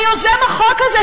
ויוזם החוק הזה,